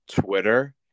Twitter